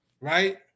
Right